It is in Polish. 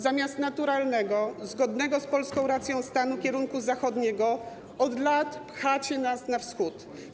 Zamiast naturalnego, zgodnego z polską racją stanu kierunku zachodniego, od lat pchacie nas na Wschód.